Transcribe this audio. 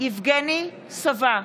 יבגני סובה,